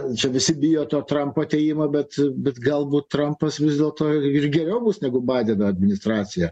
čia visi bijo to trampo atėjimo bet bet galbūt trampas vis dėlto geriau bus negu baideno administracija